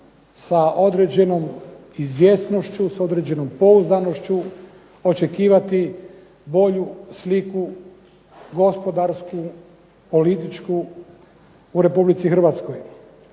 sa određenom izvjesnošću s određenom pouzdanošću očekivati bolju sliku gospodarsku, političku u Republici Hrvatskoj.